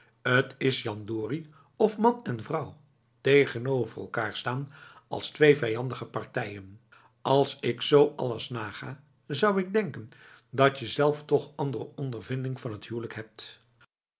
t is jandorie of man en vrouw tegenover elkaar staan als twee vijandige partijen als ik zo alles naga zou ik denken dat je zelf toch andere ondervinding van het